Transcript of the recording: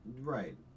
Right